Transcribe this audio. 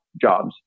jobs